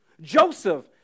Joseph